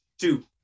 Two